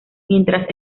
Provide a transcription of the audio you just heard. mientras